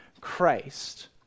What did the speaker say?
Christ